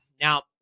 Now